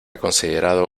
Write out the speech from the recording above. considerado